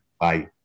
Bye